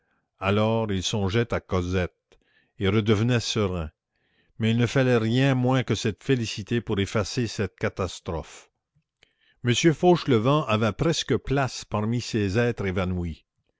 alors il songeait à cosette et redevenait serein mais il ne fallait rien moins que cette félicité pour effacer cette catastrophe m fauchelevent avait presque place parmi ces êtres évanouis